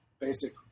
basic